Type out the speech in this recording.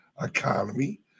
economy